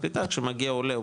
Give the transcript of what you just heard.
שמגיע עולה,